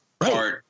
Right